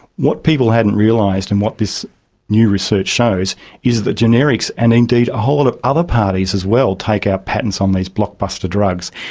what people hadn't realised and what this new research shows is that generics and indeed a whole lot of other parties as well take out patents on these blockbuster drugs.